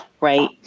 right